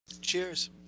Cheers